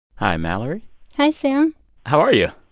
hi, mallory hi, sam how are you?